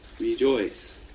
rejoice